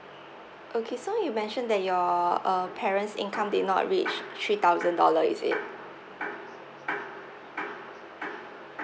okay so you mentioned that your uh parents income did not reach three thousand dollar is it